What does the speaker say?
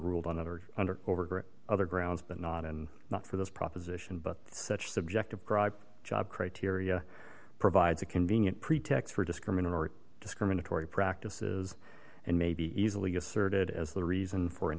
over other grounds but not in not for this proposition but such subjective gripe job criteria provides a convenient pretext for discriminatory discriminatory practices and may be easily asserted as the reason for an